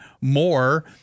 more